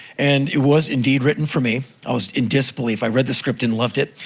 and it was indeed written for me. i was in disbelief. i read the script and loved it.